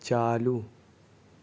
چالو